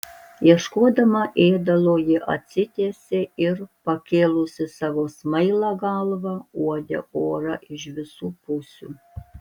ieškodama ėdalo ji atsitiesė ir pakėlusi savo smailą galvą uodė orą iš visų pusių